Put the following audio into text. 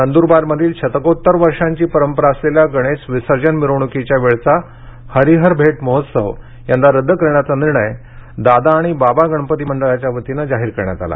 नंदुरबार मधील शतकोत्तर वर्षांची पंरपरा असलेला गणेश विसर्जन मिरवणूकाच्या वेळीचा हरीहरभेट महोत्सव यंदा रद्द करण्याचा निर्णय दादा आणि बाबा गणपती मंडळाच्या वतीने जाहीर करण्यात आला आहे